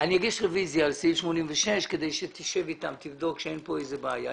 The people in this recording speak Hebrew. ואני אגיש רביזיה על סעיף 86 כדי שתשב אתם ותבדוק שאין כאן איזו בעיה.